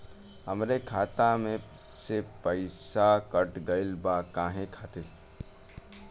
हमरे खाता में से पैसाकट गइल बा काहे खातिर?